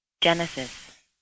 genesis